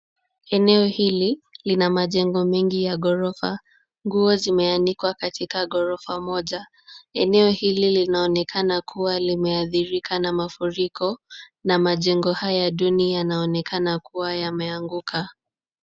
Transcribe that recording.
Eneo hili lina majengo mingi ya ghorofa. Nguo zimeanikwa katika ghorofa moja. Eneo hili linaonekana kuwa limeathirika na mafuriko na majengo haya duni yanaonekana kuwa yameanguka.